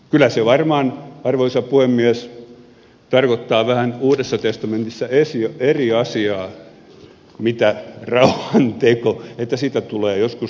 kyllä se rauhanteko varmaan arvoisa puhemies tarkoittaa vähän uudessa testamentissa eri asiaa että siitä tulee joskus tuloksiakin